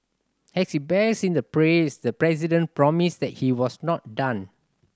as he basked in the praise the president promised that he was not done